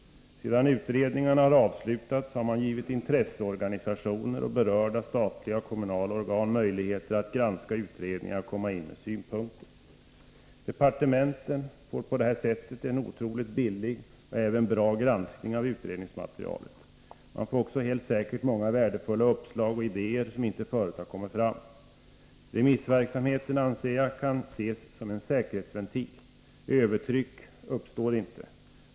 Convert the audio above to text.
Sedan utredningarna har avslutats har man gett intresseorganisationer och berörda statliga och kommunala organ möjligheter att granska utredningarna och lägga fram synpunkter. Departementen får på det här sättet en otroligt billig och även bra granskning av utredningsmaterialet. Man får också helt säkert många värdefulla uppslag och idéer, som inte förut har kommit fram. Jag anser att remissverksamheten kan ses som en säkerhetsventil. Övertryck uppstår inte.